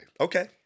Okay